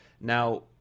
Now